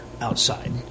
outside